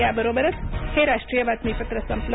याबरोबरच हे राष्ट्रीय बातमीपत्र संपलं